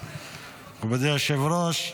מכובדי היושב-ראש,